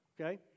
okay